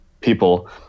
people